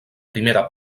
primera